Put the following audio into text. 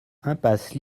impasse